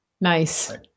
Nice